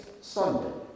sunday